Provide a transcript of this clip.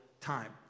time